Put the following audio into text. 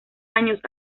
años